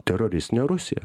teroristinė rusija